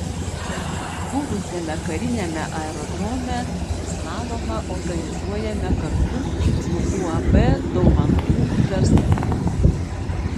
buvusiame kariniame aerodrome slalomą organizuojame kartu su uab daumantų verslai